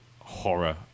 horror